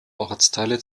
ortsteile